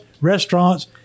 restaurants